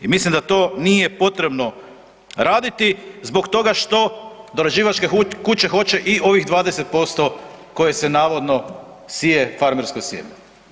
I mislim da to nije potrebno raditi zbog toga što dorađivačke kuće hoće i ovih 20% koje se navodno sije farmersko sjeme.